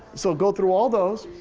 so go through all those.